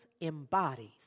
embodies